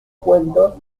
cuentos